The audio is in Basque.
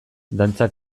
dantza